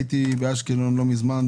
הייתי באשקלון לא מזמן,